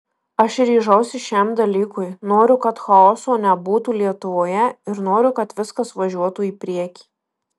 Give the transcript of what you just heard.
aš ryžausi šiam dalykui noriu kad chaoso nebūtų lietuvoje ir noriu kad viskas važiuotų į priekį